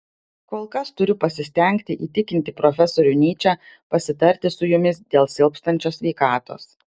kol kas turiu pasistengti įtikinti profesorių nyčę pasitarti su jumis dėl silpstančios sveikatos